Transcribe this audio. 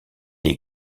est